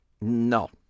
No